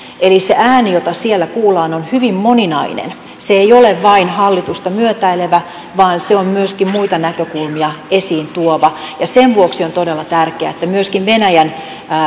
eli se ääni jota siellä kuullaan on hyvin moninainen se ei ole vain hallitusta myötäilevä vaan se on myöskin muita näkökulmia esiin tuova ja sen vuoksi on todella tärkeää että myöskin venäjän